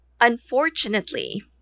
Unfortunately